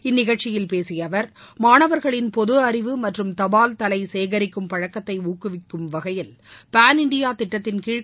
இந்நிகழ்ச்சியில் பேசிய அவர் மாணவர்களின் பொது அறிவு மற்றும் தபால் தலை சேகரிக்கும் பழக்கத்தை ஊக்குவிக்கும் வகையில் பான் இண்டியா திட்டத்தின்கீழ்